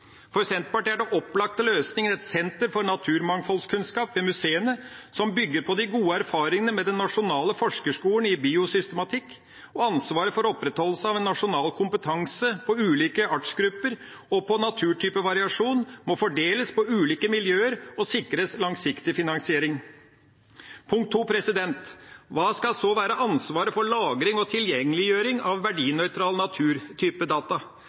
For Senterpartiet er den opplagte løsningen et senter for naturmangfoldkunnskap ved museene som bygger på de gode erfaringene med den nasjonale forskerskolen i biosystematikk. Og ansvaret for opprettholdelse av en nasjonal kompetanse på ulike artsgrupper og på naturtypevariasjon må fordeles på ulike miljøer og sikres langsiktig finansiering. Punkt 2: Hvem skal så ha ansvaret for lagring og tilgjengeliggjøring av verdinøytral